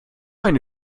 eine